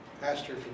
pastor